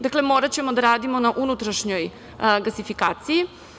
Dakle, moraćemo da radimo na unutrašnjoj gasifikaciji.